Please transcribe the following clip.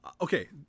okay